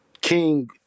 King